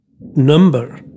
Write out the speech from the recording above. number